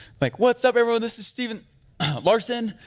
like, what's up everyone, this is stephen larsen.